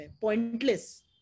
pointless